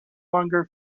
longer